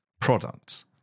products